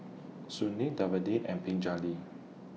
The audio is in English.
Sunil Davinder and Pingali